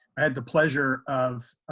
i had the pleasure of,